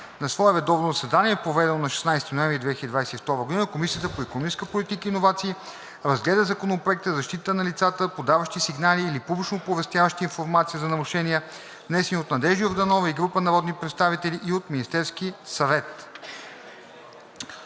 На свое редовно заседание, проведено на 16 ноември 2022 г., Комисията по икономическа политика и иновации разгледа законопроектите за защита на лицата, подаващи сигнали или публично оповестяващи информация за нарушения, внесени от Надежда Йорданова и група народни представители и от Министерския съвет.